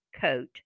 coat